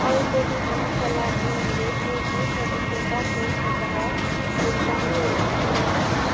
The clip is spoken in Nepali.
अर्को महिनाका लागि मेरो स्विगी सदस्यताको स्वत भुक्तानी रोक्नुहोस्